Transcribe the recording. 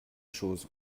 chose